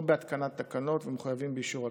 בהתקנת תקנות ומחייבים אישור הכנסת,